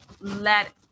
let